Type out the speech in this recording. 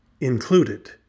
included